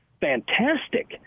fantastic